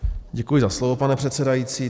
Děkuji za slovo, pane předsedající.